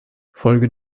folge